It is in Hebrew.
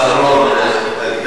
הוא מוותר עלינו.